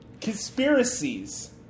conspiracies